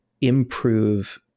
improve